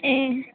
ए